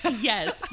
Yes